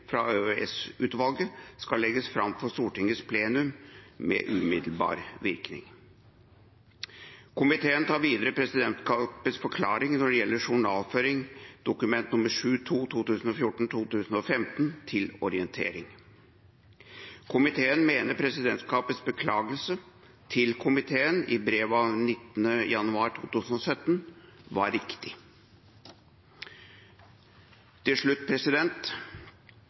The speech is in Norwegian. fra EOS-utvalget skal legges fram for Stortingets plenum med umiddelbar virkning. Komiteen tar videre presidentskapets forklaring når det gjelder journalføring av Dokument 7:2 for 2014–2015, til orientering. Komiteen mener presidentskapets beklagelse til komiteen i brev av 19. januar 2017 var riktig. Til slutt: